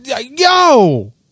yo